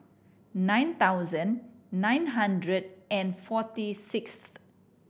nine thousand nine hundred and forty six